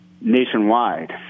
nationwide